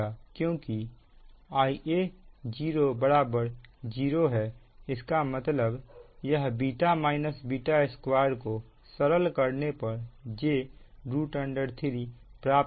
क्योंकि Ia0 0 है इसका मतलब यह β β2 को सरल करने पर j3 प्राप्त होगा